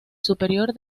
superior